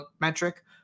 metric